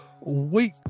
week